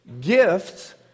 gifts